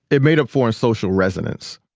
it made up for social resonance.